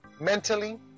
mentally